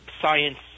science